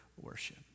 worship